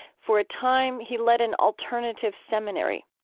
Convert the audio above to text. for a time, he led an alternative seminary.